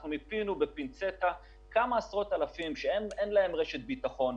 מיפינו כמה עשרות אלפים שאין להם רשת ביטחון,